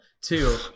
Two